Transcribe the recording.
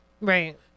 Right